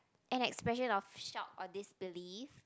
an expression of shock or disbelief